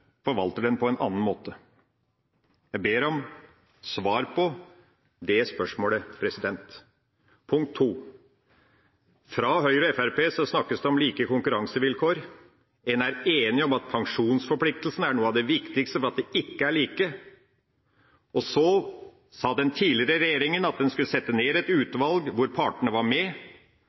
forvalter det på en annen måte. Jeg ber om svar på det spørsmålet. Punkt 2: Fra Høyres og Fremskrittspartiets side snakkes det om like konkurransevilkår. En er enig om at pensjonsforpliktelsene er en av de viktigste grunnene til at de ikke er like. Den tidligere regjeringa sa at den skulle sette ned et utvalg hvor partene skulle være med.